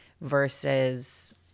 versus